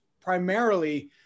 primarily